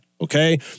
okay